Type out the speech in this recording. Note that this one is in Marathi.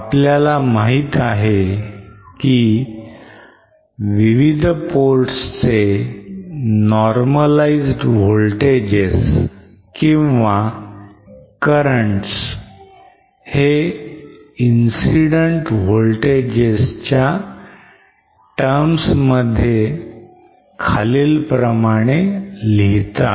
आपल्याला माहित आहे की विविध ports चे normalized voltages किंवा currents हे incident voltages च्या terms मध्ये खालील प्रमाणे लिहीतात